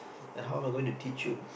then how I'm going to teach you